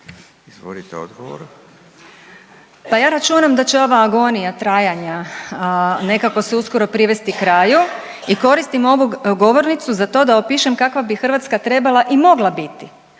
prezimenom)** Pa ja računam da će ova agonija trajanja nekako se uskoro privesti kraju i koristim ovu govornicu za to da opišem kakva bi Hrvatska trebala i mogla biti,